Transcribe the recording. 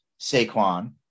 Saquon